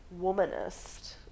womanist